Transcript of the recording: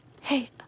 Hey